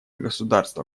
государства